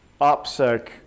OPSEC